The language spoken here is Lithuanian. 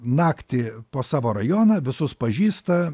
naktį po savo rajoną visus pažįsta